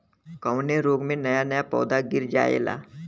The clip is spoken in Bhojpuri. कवने रोग में नया नया पौधा गिर जयेला?